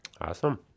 Awesome